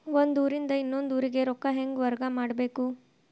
ಒಂದ್ ಊರಿಂದ ಇನ್ನೊಂದ ಊರಿಗೆ ರೊಕ್ಕಾ ಹೆಂಗ್ ವರ್ಗಾ ಮಾಡ್ಬೇಕು?